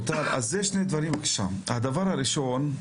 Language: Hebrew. אז זה שני דברים: הדבר הראשון,